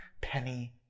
penny